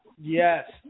Yes